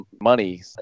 money